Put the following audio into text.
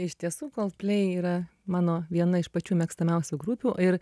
iš tiesų coldplay yra mano viena iš pačių mėgstamiausių grupių ir